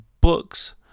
books